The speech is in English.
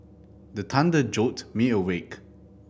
the thunder jolt me awake